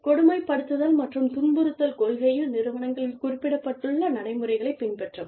கொடுமைப்படுத்துதல் மற்றும் துன்புறுத்தல் கொள்கையில் நிறுவனங்களில் குறிப்பிடப்பட்டுள்ள நடைமுறைகளைப் பின்பற்றவும்